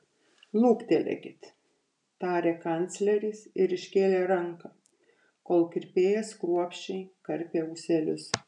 luktelėkit tarė kancleris ir iškėlė ranką kol kirpėjas kruopščiai karpė ūselius